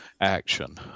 action